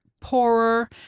poorer